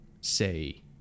say